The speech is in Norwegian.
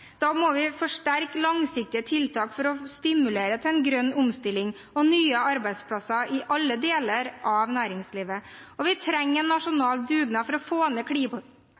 Da må man forsterke langsiktige tiltak for å stimulere til en grønn omstilling og nye arbeidsplasser i alle deler av næringslivet. Vi trenger en nasjonal dugnad for å få ned